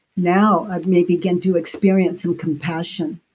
now, i may begin to experience some compassion.